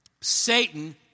Satan